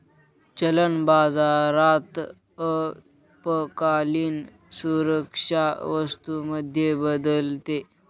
चलन बाजारात अल्पकालीन सुरक्षा वस्तू मध्ये बदलते